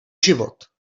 život